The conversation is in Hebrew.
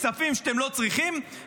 כספים שאתם לא צריכים,